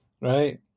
right